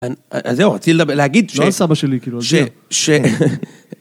אז זהו, רציתי להגיד. לא על סבא שלי, כאילו.